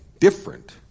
different